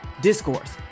discourse